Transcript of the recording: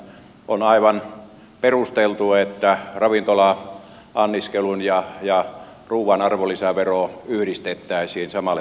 on aivan perusteltua että ravintola anniskelun ja ruuan arvonlisävero yhdistettäisiin samalle tasolle